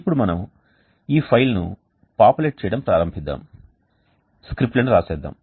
ఇప్పుడు మనం ఈ ఫైల్ను పాపులేట్ చేయడం ప్రారంభిద్దాం స్క్రిప్ట్లను వ్రాసేద్దాం